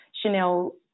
Chanel